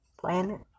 Planet